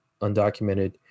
undocumented